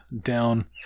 down